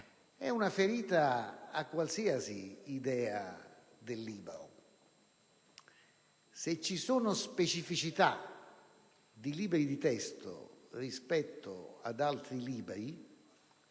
è una ferita a qualsiasi idea del libro. Se vi sono specificità dei libri di testo rispetto ad altri libri,